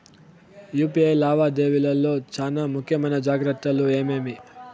UPI లావాదేవీల లో చానా ముఖ్యమైన జాగ్రత్తలు ఏమేమి?